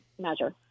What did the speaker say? measure